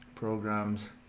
programs